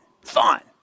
fine